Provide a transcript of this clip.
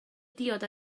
diod